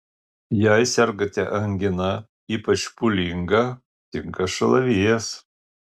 jei sergate angina ypač pūlinga tinka šalavijas